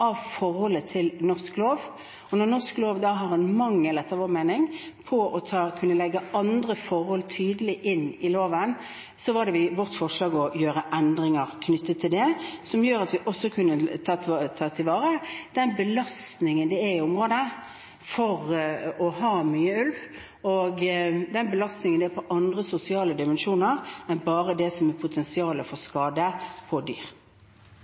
av forholdet til norsk lov. Når norsk lov har en mangel, etter vår mening, når det gjelder å kunne legge andre forhold tydelig inn i loven, var vårt forslag å gjøre endringer knyttet til det, som gjør at vi også kunne ivaretatt hensynet til den belastningen som er i området, med å ha mange ulver, og den belastningen det er for andre sosiale dimensjoner, enn bare det som er potensialet for skade på dyr.